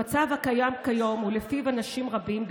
המצב הקיים כיום הוא שאנשים רבים,